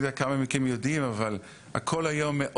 שיהיה כתוב,